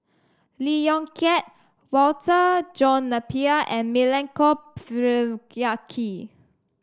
Lee Yong Kiat Walter John Napier and Milenko Prvacki